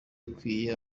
ikwiye